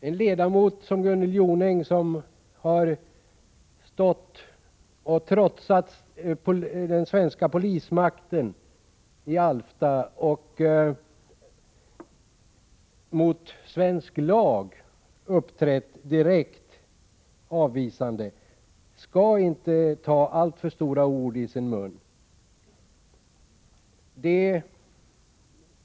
En ledamot som Gunnel Jonäng — som trotsat den svenska polismakten i Alfta och gentemot svensk lag uppträtt direkt avvisande — skall inte ta alltför stora ord i sin mun.